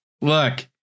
look